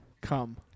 Come